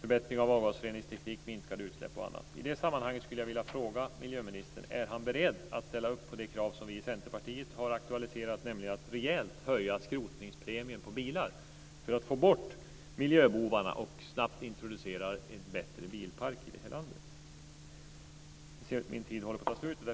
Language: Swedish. förbättring av avgasreningsteknik, minskade utsläpp och annat. I det sammanhanget skulle jag vilja fråga miljöministern: Är han beredd att ställa upp på det krav som vi i Centerpartiet har aktualiserat, nämligen att rejält höja skrotningspremien på bilar för att få bort miljöbovarna och snabbt introducera en bättre bilpark i det här landet? Jag ser att min talartid håller på att ta slut.